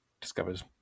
discovers